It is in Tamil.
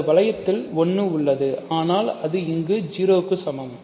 இந்த வளையத்தில் 1 உள்ளது ஆனால் அது 0 க்கு சமம்